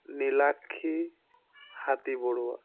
Nilakshi Hatibaruah